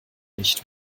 nicht